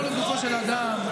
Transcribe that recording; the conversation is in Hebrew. לא לגופו של אדם,